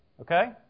Okay